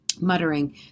muttering